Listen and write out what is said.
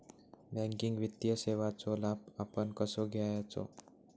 Banking वित्तीय सेवाचो लाभ आपण कसो घेयाचो?